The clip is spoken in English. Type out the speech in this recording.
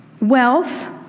Wealth